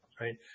right